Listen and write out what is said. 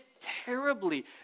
terribly